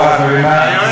נו, את רואה, את מבינה?